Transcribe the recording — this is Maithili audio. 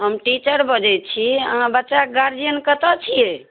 हम टीचर बजै छी अहाँ बच्चाके गार्जियन कतय छियै